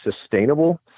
sustainable